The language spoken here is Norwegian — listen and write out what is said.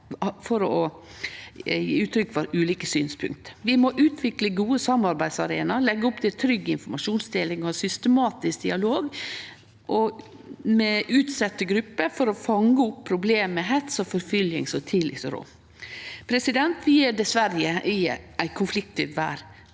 for å gje uttrykk for ulike synspunkt. Vi må utvikle gode samarbeidsarenaer og leggje opp til trygg informasjonsdeling og systematisk dialog med utsette grupper for å fange opp problem med hets og forfølging så tidleg som råd. Vi er dessverre i ei konfliktfylt verd.